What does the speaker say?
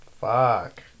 fuck